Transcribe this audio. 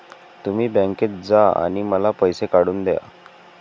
तुम्ही बँकेत जा आणि मला पैसे काढून दया